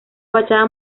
fachada